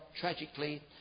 tragically